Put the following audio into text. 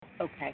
Okay